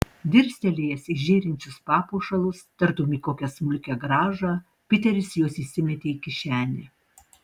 dirstelėjęs į žėrinčius papuošalus tartum į kokią smulkią grąžą piteris juos įsimetė į kišenę